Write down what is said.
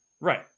Right